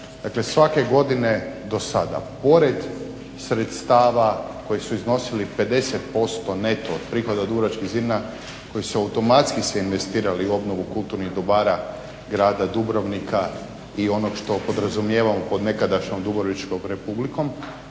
Dakle, svake godine do sada pored sredstava koji su iznosili 50% neto od prihoda od dubrovačkih zidina koji su se automatski investirali u obnovu kulturnih dobara grada Dubrovnika i onog što podrazumijevamo pod nekadašnjom Dubrovačkom Republikom.